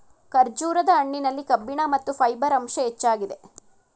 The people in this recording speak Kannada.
ಖರ್ಜೂರದ ಹಣ್ಣಿನಲ್ಲಿ ಕಬ್ಬಿಣ ಮತ್ತು ಫೈಬರ್ ಅಂಶ ಹೆಚ್ಚಾಗಿದೆ